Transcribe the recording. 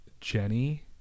Jenny